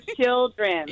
children